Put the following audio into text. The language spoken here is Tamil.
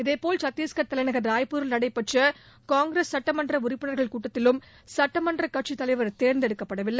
இதேபோல் சத்திஷ்கர் தலைநகர் ராய்ப்பூரில் நடைபெற்ற காங்கிரஸ் சட்டமன்ற உறுப்பினர்கள் கூட்டத்திலும் சட்டமன்றக் கட்சித் தலைவர் தேர்ந்தெடுக்கப்படவில்லை